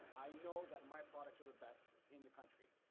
i know that my products are the best in the country.